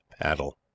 paddle